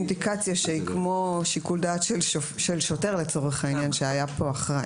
אינדיקציה שהיא כמו שיקול דעת של שוטר לצורך העניין שהיה כאן אחראי.